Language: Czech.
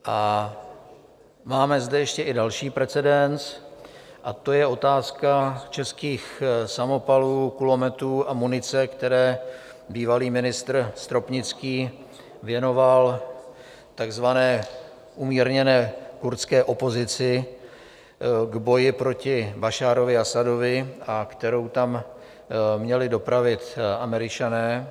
A máme zde ještě i další precedens, a to je otázka českých samopalů, kulometů a munice, které bývalý ministr Stropnický věnoval takzvané umírněné kurdské opozici k boji proti Bašáru Asadovi a kterou tam měli dopravit Američané.